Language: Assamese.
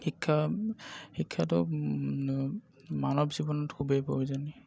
শিক্ষা শিক্ষাটো মানৱ জীৱনত খুবেই প্ৰয়োজন